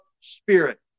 spirit